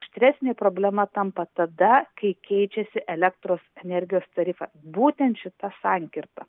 aštresnė problema tampa tada kai keičiasi elektros energijos tarifą būtent šita sankirta